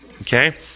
Okay